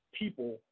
people